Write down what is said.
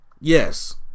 Yes